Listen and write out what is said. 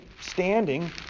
standing